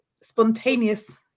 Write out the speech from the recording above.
spontaneous